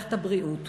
במערכת הבריאות.